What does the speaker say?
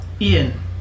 Ian